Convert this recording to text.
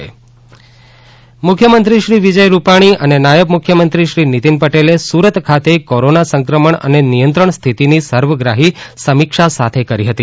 મુખ્યમંત્રી સુરત મુલાકાત મુખ્યમંત્રી શ્રી વિજય રૂપાણી અને નાયબ મુખ્યમંત્રીશ્રી નીતિન પટેલે સુરત ખાતે કોરોના સંક્રમણ અને નિયંત્રણ સ્થિતીની સર્વગ્રાહી સમીક્ષા સાથે કરી હતી